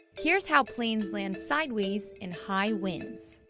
here's how planes land sideways in high winds.